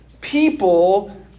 people